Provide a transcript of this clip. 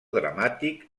dramàtic